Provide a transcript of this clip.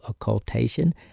occultation